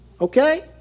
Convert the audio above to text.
Okay